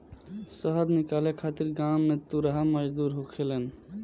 शहद निकाले खातिर गांव में तुरहा मजदूर होखेलेन